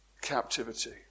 captivity